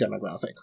demographic